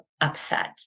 upset